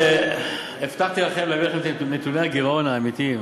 הבטחתי להביא לכם את נתוני הגירעון האמיתיים.